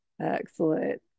excellent